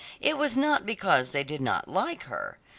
it was not because they did not like her.